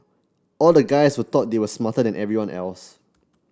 all the guys were thought they were smarter than everyone else